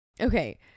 Okay